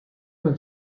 nel